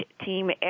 team